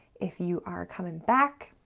if you are coming back,